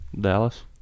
Dallas